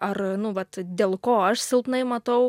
ar nu vat dėl ko aš silpnai matau